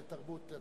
לתרבות,